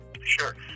Sure